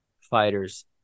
fighters